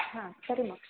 ಹಾಂ ಸರಿ ಮೋಕ್ಷಾ